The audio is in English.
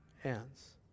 hands